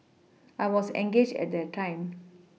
I was engaged at that time